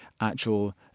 actual